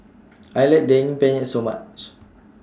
I like Daging Penyet very much